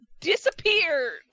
disappeared